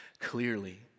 clearly